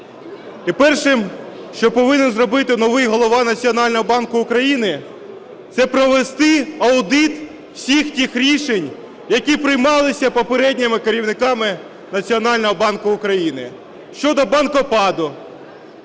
перше, що повинен зробити новий Голова Національного банку України, - це провести аудит всіх тих рішень, які приймалися попередніми керівниками Національного банку України: щодо "банкопаду",